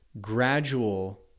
gradual